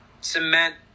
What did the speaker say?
cement